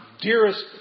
dearest